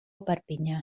perpinyà